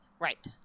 Right